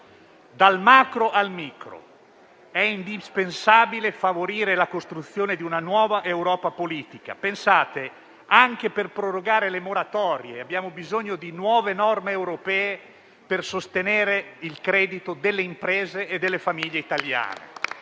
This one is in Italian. dal macro al micro. È indispensabile favorire la costruzione di una nuova Europa politica; pensate che, anche per prorogare le moratorie, abbiamo bisogno di nuove norme europee per sostenere il credito delle imprese e delle famiglie italiane.